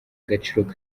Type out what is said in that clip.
agaciro